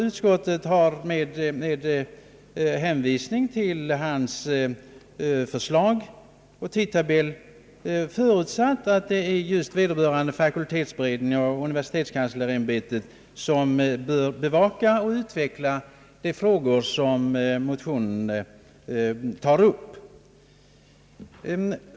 Utskottet har med hänvisning till kanslerns förslag och tidtabell förutsatt, att det är just vederbörande fakultetsberedningar och universitetskanslersämbetet som bör bevaka och utveckla de i motionen berörda frågorna.